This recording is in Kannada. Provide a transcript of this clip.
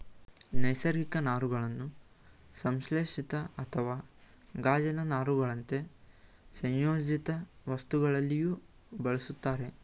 ನೈಸರ್ಗಿಕ ನಾರುಗಳನ್ನು ಸಂಶ್ಲೇಷಿತ ಅಥವಾ ಗಾಜಿನ ನಾರುಗಳಂತೆ ಸಂಯೋಜಿತವಸ್ತುಗಳಲ್ಲಿಯೂ ಬಳುಸ್ತರೆ